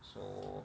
so